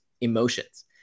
emotions